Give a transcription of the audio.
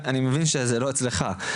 אני מבין שזה לא אצלך,